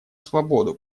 свободу